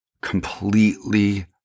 Completely